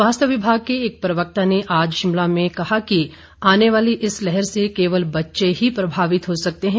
स्वास्थ्य विभाग के एक प्रवक्ता ने आज शिमला में कहा कि आने वाली इस लहर से केवल बच्चे ही प्रभावित हो सकते हैं